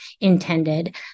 intended